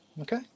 Okay